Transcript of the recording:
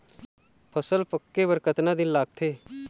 फसल पक्के बर कतना दिन लागत हे?